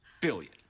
billion